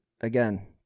again